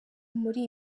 muri